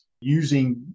using